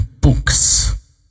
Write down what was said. books